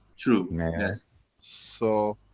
true. yes. so